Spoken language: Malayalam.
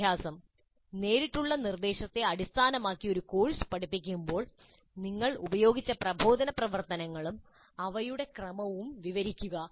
അഭ്യാസം നേരിട്ടുള്ള നിർദ്ദേശത്തെ അടിസ്ഥാനമാക്കി ഒരു കോഴ്സ് പഠിപ്പിക്കുമ്പോൾ നിങ്ങൾ ഉപയോഗിച്ച പ്രബോധന പ്രവർത്തനങ്ങളും അവയുടെ ക്രമവും വിവരിക്കുക